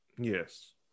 Yes